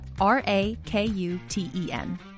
R-A-K-U-T-E-N